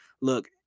Look